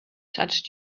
touched